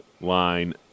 Line